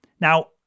Now